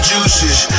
Juices